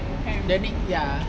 debit ya